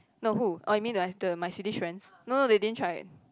no who oh you mean my the my Swedish friends no they didn't try it